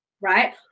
right